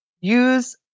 use